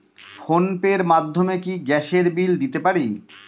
Phone pay র মাধ্যমে কি গ্যাসের বিল দিতে পারি?